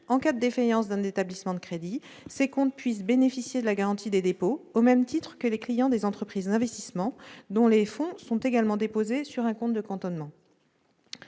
cas de défaillance d'un établissement de crédit, ces comptes puissent bénéficier de la garantie des dépôts au même titre que les clients des entreprises d'investissement dont les fonds sont également déposés sur un compte de cantonnement.